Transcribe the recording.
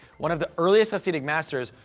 one of the earliest hasidic masters,